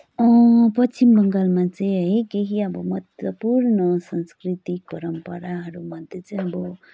पश्चिम बङ्गालमा चाहिँ है केही अब महत्त्वपूर्ण सांस्कृतिक परम्पराहरूमध्ये चाहिँ अब